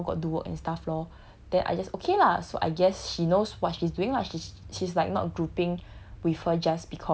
and then she say ya lor got do work and stuff lor then I just okay lah so I guess she knows what she's doing lah she's she's like not grouping